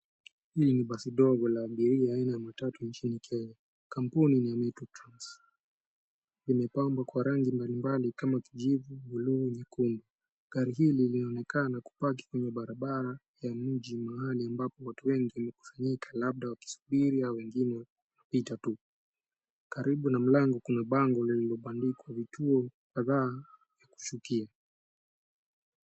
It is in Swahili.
Hii ni basi dogo la abiria aina ya matatu nchini Kenya, kampuni ni ya Metro Trans. Limepambwa kwa rangi mbalimbali kama kijivu, buluu, nyekundu. Gari hili linaonekana kupaki kwenye barabara ya mji, mahali ambapo watu wengi wamekusanyika labda kusubiri hawa wengine kupita tu. Karibu na mlango kuna bango lenye limebandikwa vituo kadhaa ya kushukia.